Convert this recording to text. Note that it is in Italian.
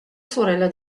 sorella